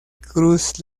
cruz